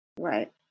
Right